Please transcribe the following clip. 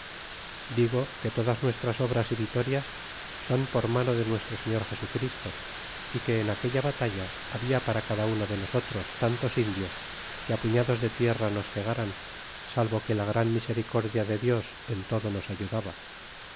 digo que todas nuestras obras y vitorias son por mano de nuestro señor jesu christo y que en aquella batalla habia para cada uno de nosotros tantos indios que puñados de tierra nos cegaran salvo que la gran misericordia de dios en todo nos ayudaba